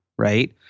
Right